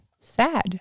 sad